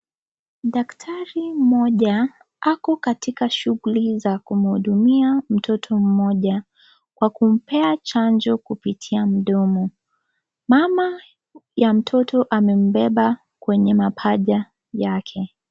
Daktari mmoja ako katika shughuli za kumhudumia mtoto mmoja Kwa kumpea chanjo kupitia kwenye mdomo. Mama ya mtoto amembeba kwenye mapaja yake.